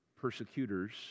persecutors